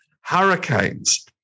hurricanes